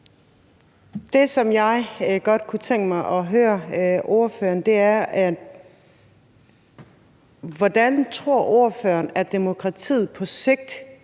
Det, som jeg godt kunne tænke mig at høre ordføreren om, er, hvordan ordføreren tror at demokratiet på sigt